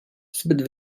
zbyt